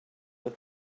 with